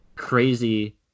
crazy